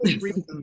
reason